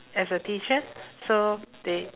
as a teacher so they